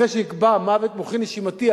אחרי שנקבע מוות מוחי-נשימתי,